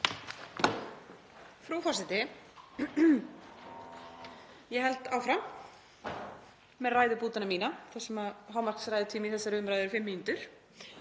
Frú forseti. Ég held áfram með ræðubútana mína þar sem hámarksræðutími í þessari umræðu er fimm mínútur.